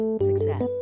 Success